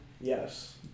Yes